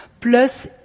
Plus